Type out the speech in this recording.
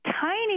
tiny